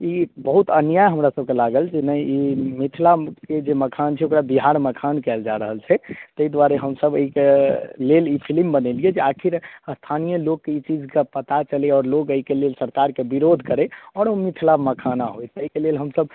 ई बहुत अन्याय हमरा सबके लागल जे नहि ई मिथिलाके जे मखान छै ओकरा बिहार मखान कएल जा रहल छै ताहि दुआरे हम सब एहिके लेल ई फिलिम बनैलिए जे आखिर स्थानीय लोकके ई चीजके पता चलै आओर लोक एहिके लेल सरकारके विरोध करै आओर ओ मिथिला मखाना होइ ताहिके लेल हम सब